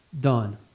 done